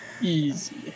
Easy